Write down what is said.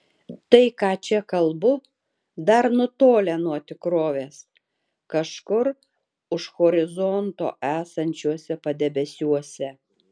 tai ką čia kalbu dar nutolę nuo tikrovės kažkur už horizonto esančiuose padebesiuose